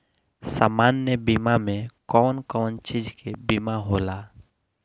सामान्य बीमा में कवन कवन चीज के बीमा होला?